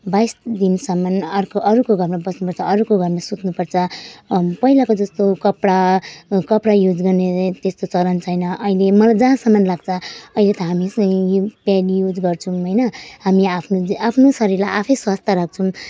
बाइस दिनसम्म अर्को अरूको घरमा बस्नु पर्छ अरूको घरमा सुत्नु पर्छ अनि पहिलाको जस्तो कपडा कपडा युज गर्ने त्यस्तो चलन छैन अहिले मलाई जहाँसम्म लाग्छ अहिले त हामी चाहिँ प्याड युज गर्छौँ होइन हामी आफ्नो ज्यान आफ्नो शरीरलाई आफै स्वास्थ्य राख्छौँ